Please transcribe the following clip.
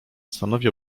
stanowi